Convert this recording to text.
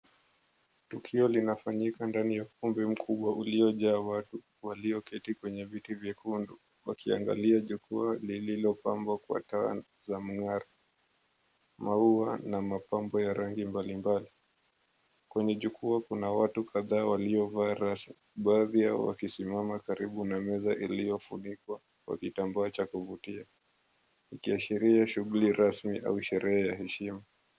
Tukio linafanyika ndani ya ukumbi mkubwa uliojaa watu walioketi kwenye viti vyekundu wakiangalia jukwaa lililopambwa kwa taa za mng'aro, maua na mapambo ya rangi mbalimbali. Kwenye jukwaa kuna watu kadhaa waliovaa rasmi. Baadhi ya watu wakisimama karibu na meza iliyofunikwa kwa kitambaa cha kuvutia. Ikiashiria shughuli ramsi au sherehe ya heshima.